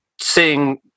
seeing